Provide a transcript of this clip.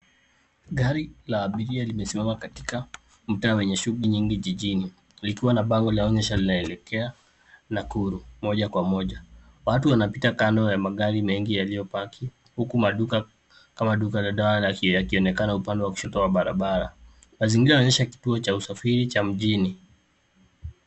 Gari la abiria limesimama katika mtaa wenye shughuli nyingi jijini likiwa na bango la onyesha linaelekea Nakuru moja kwa moja. Watu wanapita kando ya magari mengi yaliyopaki huku maduka kama duka la dawa yakionekana upande wa kushoto wa barabara. Mazingira inaonyesha kituo cha usafiri cha mjini.